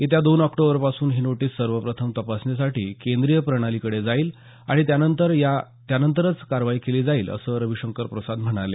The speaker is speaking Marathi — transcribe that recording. येत्या दोन ऑक्टोबरपासून ही नोटीस सर्वप्रथम तपासणीसाठी केंद्रीय प्रणालीकडे जाईल आणि त्यानंतरच या कारवाई केली जाईल असं रविशंकर प्रसाद म्हणाले